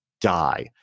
die